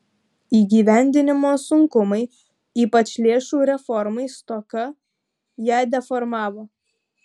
įgyvendinimo sunkumai ypač lėšų reformai stoka ją deformavo